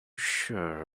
sure